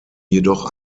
jedoch